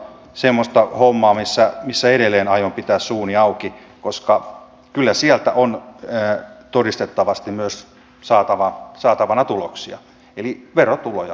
tämä on tietysti semmoista hommaa missä edelleen aion pitää suuni auki koska kyllä sieltä on todistettavasti myös saatavana tuloksia eli verotuloja valtiolle